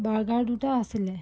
burger দুটা আছিলে